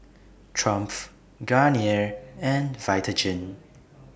Triumph Garnier and Vitagen